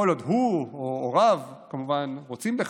כל עוד הוא או הוריו כמובן רוצים בכך.